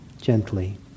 gently